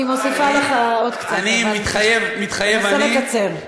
אני מוסיפה לך עוד קצת, אבל תנסה לקצר.